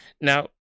Now